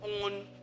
on